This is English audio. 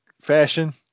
fashion